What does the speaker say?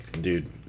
Dude